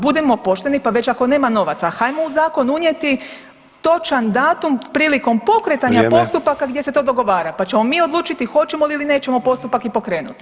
Budimo pošteni, pa već ako nema novaca hajmo u zakon unijeti točan datum prilikom pokretanja postupaka gdje se to dogovara, pa ćemo mi odlučiti hoćemo li ili nećemo postupak i pokrenuti.